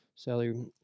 Sally